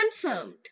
Confirmed